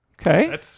Okay